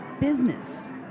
business